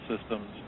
systems